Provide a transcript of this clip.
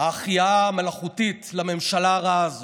ההחייאה המלאכותית לממשלה הרעה הזאת.